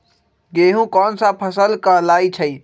गेहूँ कोन सा फसल कहलाई छई?